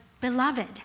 beloved